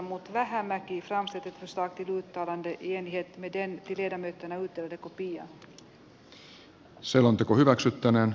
nyt voidaan hyväksyä tai hylätä lakiehdotus jonka sisällöstä päätettiin ensimmäisessä käsittelyssä